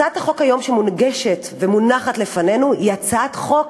הצעת החוק היום שמוגשת ומונחת לפנינו היא הצעת חוק